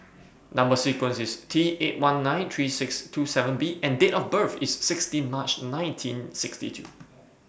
Number sequence IS T eight one nine three six two seven B and Date of birth IS sixteen March nineteen sixty two